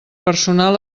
personal